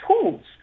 tools